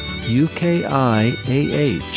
UKIAH